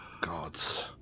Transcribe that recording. Gods